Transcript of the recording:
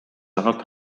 ainult